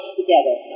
together